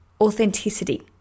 authenticity